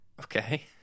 Okay